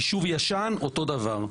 יישוב ישן אותו דבר.